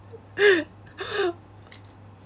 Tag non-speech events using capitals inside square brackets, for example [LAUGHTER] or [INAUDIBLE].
[LAUGHS]